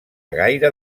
gaire